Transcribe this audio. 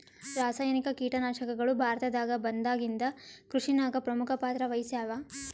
ರಾಸಾಯನಿಕ ಕೀಟನಾಶಕಗಳು ಭಾರತದಾಗ ಬಂದಾಗಿಂದ ಕೃಷಿನಾಗ ಪ್ರಮುಖ ಪಾತ್ರ ವಹಿಸ್ಯಾವ